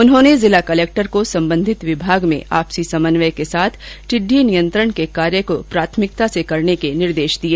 उन्होंने जिला कलेक्टर को संबंधित विमागों में आपसी समन्वय के साथ टिइडी नियंत्रण के कार्य को प्राथमिकता से करने के निर्देश दिए